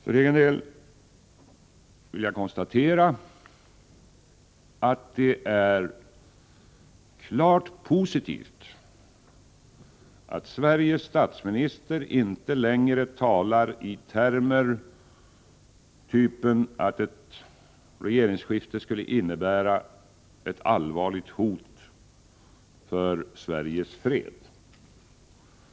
För egen del vill jag konstatera att det är klart positivt att Sveriges statsminister inte längre talar i termer av typen att ett regeringsskifte skulle innebära ett allvarligt hot mot Sveriges fred.